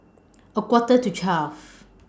A Quarter to twelve